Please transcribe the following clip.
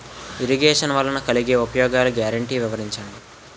Irrigation వలన కలిగే ఉపయోగాలు గ్యారంటీ వివరించండి?